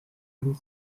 and